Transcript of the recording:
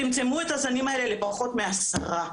צמצמו את הזנים האלה לפחות מ-10.